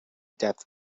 depth